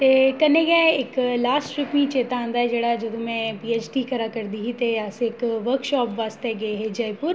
ते कन्नै गै इक लास्ट ट्रिप मीं चेता आंदा ऐ जेह्ड़ा जदूं में पीऐच्चडी करा दी ही ते अस इक वर्कशाप आस्तै गे हे जयपुर